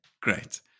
great